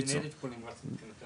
ניידת טיפול נמרץ מבחינתנו.